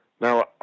Now